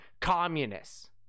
communists